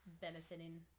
benefiting